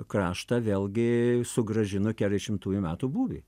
kraštą vėlgi sugrąžino į keturiasdešimųjų metų būvį